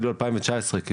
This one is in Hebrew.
אני